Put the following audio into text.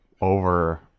over